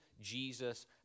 Jesus